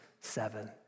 seven